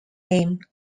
name